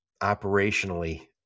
operationally